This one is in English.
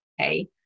okay